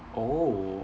oh